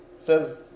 says